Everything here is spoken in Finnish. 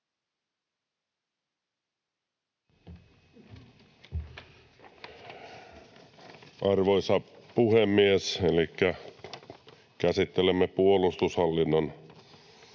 Arvoisa puhemies! Käsittelemme puolustushallinnon